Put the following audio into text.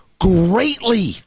greatly